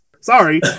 Sorry